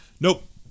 nope